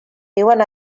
viuen